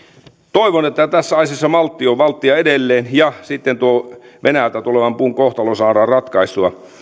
toivon että tässä asiassa maltti on valttia edelleen ja että sitten tuon venäjältä tulevan puun kohtalo saadaan ratkaistua